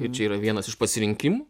ir čia yra vienas iš pasirinkimų